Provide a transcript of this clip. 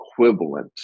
equivalent